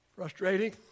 Frustrating